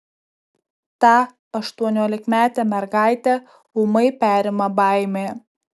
tą aštuoniolikametę mergaitę ūmai perima baimė